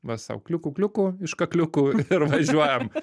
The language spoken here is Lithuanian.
va sau kliuku kliuku iš kakliukų ir važiuojam